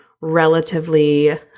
relatively